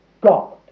God